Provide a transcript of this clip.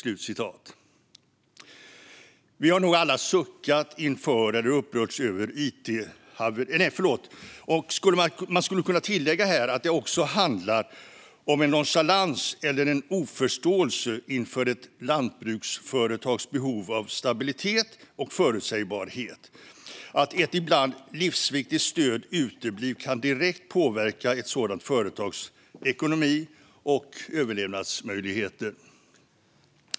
Man skulle här kunna tillägga att det också handlar om nonchalans eller oförståelse inför ett lantbruksföretags behov av stabilitet och förutsägbarhet. Att ett ibland livsviktigt stöd uteblir kan direkt påverka ett sådant företags ekonomi och överlevnadsmöjligheter.